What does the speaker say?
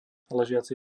ležiaci